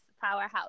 powerhouse